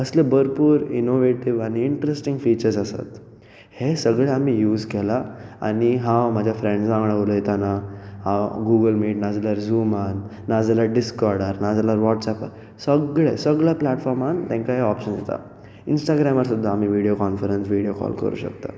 असले भरपूर इनोवेटीव आनी इंट्रस्टींग फिचर्स आसात हें सगळें आमी यूज केला आनी हांव म्हाज्या फ्रेंड्जां वांगडा उलयताना हांव गुगल मीट नाजाल्यार झुमान नाजाल्यार डिस्कॉडार नाजाल्यार वॉट्सएपार सगळे सगळे प्लॅटफॉमान तांकां हे ऑप्शन्स आसा इन्स्टग्रॅमार सुद्दा आमी विडयो कॉनफरन्स विडयो कॉल करूंक शकता